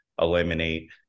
eliminate